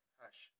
hush